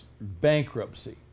bankruptcy